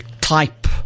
type